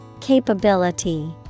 Capability